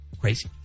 crazy